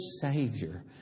Savior